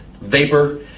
vapor